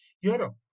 Europe